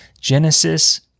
Genesis